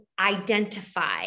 identify